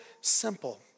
simple